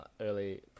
early